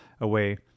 away